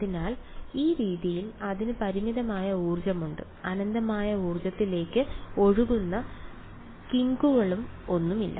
അതിനാൽ ഈ രീതിയിൽ അതിന് പരിമിതമായ ഊർജ്ജമുണ്ട് അനന്തമായ ഊർജ്ജത്തിലേക്ക് ഒഴുകുന്ന കിങ്കുകളൊന്നുമില്ല